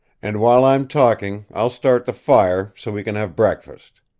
and while i'm talking i'll start the fire, so we can have breakfast.